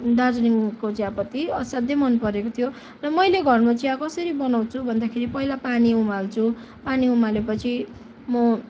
दार्जिलिङको चियापत्ती असाध्यै मन परेको थियो र मैले घरमा चिया कसरी बनाउँचु भन्दाखेरि पहिला पानी उमाल्छु पानी उमालेपछि म